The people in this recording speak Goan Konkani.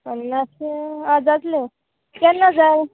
पन्नास आं जातले केन्ना जाय